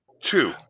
Two